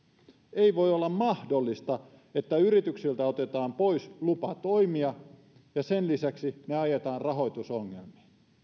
ei voi olla mahdollista että yrityksiltä otetaan pois lupa toimia ja sen lisäksi ne ajetaan rahoitusongelmiin